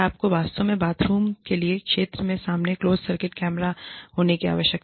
क्या आपको वास्तव में बाथरूम के लिए क्षेत्र के सामने क्लोज सर्किट कैमरे होना चाहिए